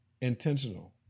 intentional